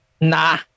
Nah